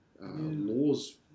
laws